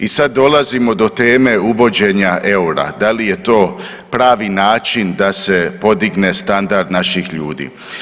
I sad dolazimo do teme uvođenje EUR-a, da li je to pravi način da se podigne standard naših ljudi.